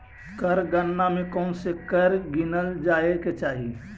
कर गणना में कौनसे कर गिनल जाए के चाही